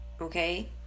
okay